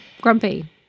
Grumpy